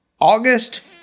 August